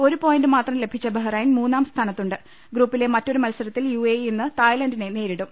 ഒരു പോയിന്റ് മാത്രം ലഭിച്ച ബഹ്റൈൻ മൂന്നാം സ്ഥാനത്താണ് ഗ്രൂപ്പിലെ മറ്റൊരു മത്സരത്തിൽ യു എ ഇ ഇന്ന് തായ്ലന്റിനെ നേരിടും